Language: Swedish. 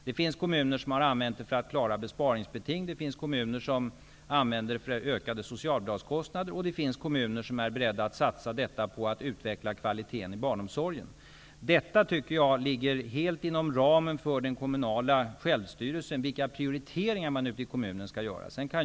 Det finns kommuner som har använt pengarna för att klara besparingsbeting, det finns kommuner som använder dem till ökade socialbidragskostnader och det finns kommuner som är beredda att satsa dem på att utveckla kvaliteten i barnomsorgen. Att avgöra vilka prioriteringar man skall göra ute i kommunen ligger helt inom ramen för den kommunala självstyrelsen.